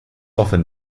often